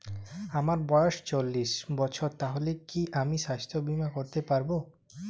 আমার বয়স চল্লিশ বছর তাহলে কি আমি সাস্থ্য বীমা করতে পারবো?